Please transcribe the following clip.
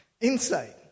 Inside